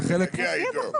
זאת אחת האופציות.